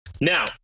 Now